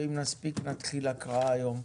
ואם נספיק, נתחיל הקראה היום.